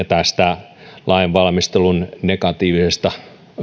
tästä lainvalmistelun negatiivisesta